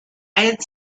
had